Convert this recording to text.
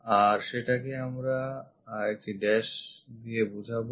আর সেটাকে আমরা একটি dash দিয়ে বোঝাবো